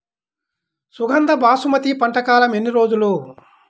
సుగంధ బాసుమతి పంట కాలం ఎన్ని రోజులు?